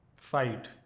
fight